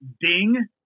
Ding